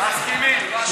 מסכימים.